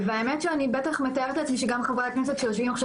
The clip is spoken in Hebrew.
והאמת שאני בטח מתארת לעצמי שגם חברי הכנסת שיושבים עכשיו